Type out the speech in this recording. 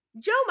Joe